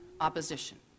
opposition